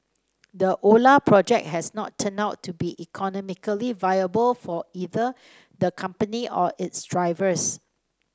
the Ola project has not turned out to be economically viable for either the company or its drivers